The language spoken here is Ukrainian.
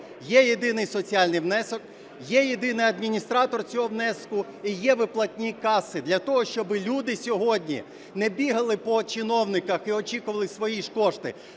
є єдиний соціальний внесок, є єдиний адміністратор цього внеску і є виплатні каси для того, щоб люди сьогодні не бігали по чиновниках і очікували свої ж кошти,